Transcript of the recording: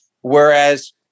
whereas